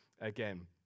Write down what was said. again